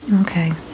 Okay